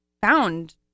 found